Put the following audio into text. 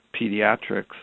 pediatrics